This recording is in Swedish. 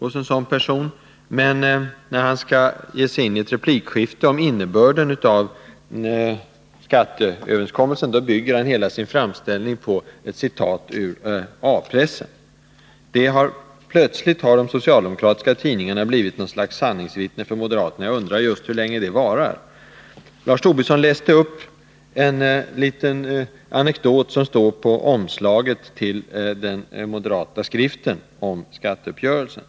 Men när Lars Tobisson i går gav sig in i ett replikskifte om innebörden av skattereformen, byggde han hela sin framställning på ett citat ur A-pressen. Plötsligt har de socialdemokratiska tidningarna blivit ett slags sanningsvittne för moderaterna. Jag undrar hur länge det varar. Lars Tobisson läste upp en liten anekdot, som står på omslaget till den moderata skriften om skatteuppgörelsen.